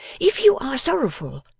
if you are sorrowful,